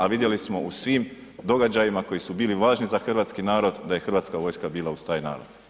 A vidjeli smo u svim događajima koji su bili važni za hrvatski narod da je Hrvatska vojska bila uz taj narod.